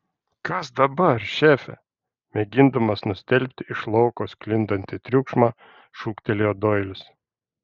kas dabar šefe mėgindamas nustelbti iš lauko sklindantį triukšmą šūktelėjo doilis